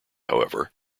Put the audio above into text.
however